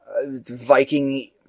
Viking